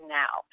now